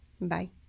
bye